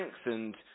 strengthened